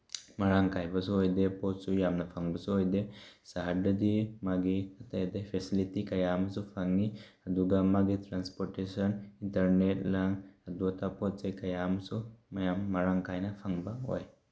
ꯃꯔꯥꯡ ꯀꯥꯏꯕꯁꯨ ꯑꯣꯏꯗꯦ ꯄꯣꯠꯁꯨ ꯌꯥꯝꯅ ꯐꯪꯕꯁꯨ ꯑꯣꯏꯗꯦ ꯁꯍꯔꯗꯗꯤ ꯃꯥꯒꯤ ꯑꯇꯩ ꯑꯇꯩ ꯐꯦꯁꯤꯂꯤꯇꯤ ꯀꯌꯥ ꯑꯃꯁꯨ ꯐꯪꯏ ꯑꯗꯨꯒ ꯃꯥꯒꯤ ꯇ꯭ꯔꯥꯟꯁꯄꯣꯔꯇꯦꯁꯟ ꯏꯟꯇꯔꯅꯦꯠꯅ ꯂꯥꯡ ꯑꯗꯨ ꯑꯇꯣꯞꯄ ꯄꯣꯠ ꯆꯩ ꯀꯌꯥ ꯑꯃꯁꯨ ꯃꯌꯥꯝ ꯃꯔꯥꯡ ꯀꯥꯏꯅ ꯐꯪꯕ ꯑꯣꯏ